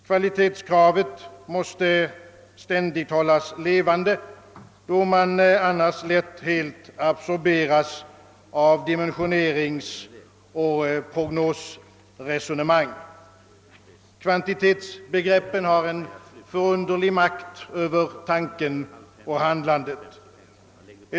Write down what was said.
Kvalitetskravet måste ständigt hållas levande, då man annars lätt helt absorberas av dimensioneringsoch prognosresonemang. Kvantitetsbegreppen har en förunderlig makt över tanken och handlandet.